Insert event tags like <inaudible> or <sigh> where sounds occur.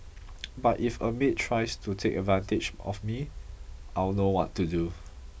<noise> but if a maid tries to take advantage of me I'll know what to do